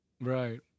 Right